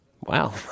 Wow